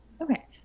Okay